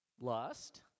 lust